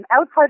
outside